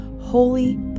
holy